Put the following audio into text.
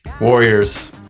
Warriors